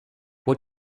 what